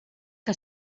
que